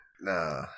Nah